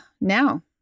now